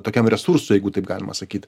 tokiam resursui jeigu taip galima sakyt